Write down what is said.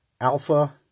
Alpha